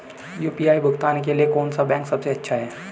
UPI भुगतान के लिए कौन सा बैंक सबसे अच्छा है?